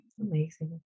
Amazing